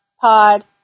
pod